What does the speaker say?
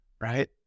Right